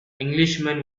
englishman